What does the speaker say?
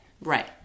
Right